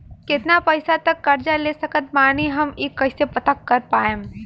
केतना पैसा तक कर्जा ले सकत बानी हम ई कइसे पता कर पाएम?